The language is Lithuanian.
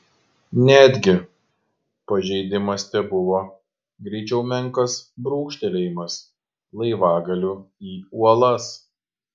netgi pažeidimas tebuvo greičiau menkas brūkštelėjimas laivagaliu į uolas